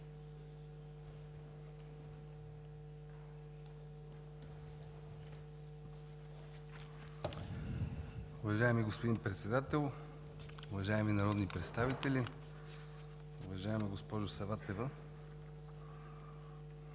Уважаеми господин Председател, уважаеми народни представители! Уважаема госпожо Саватева,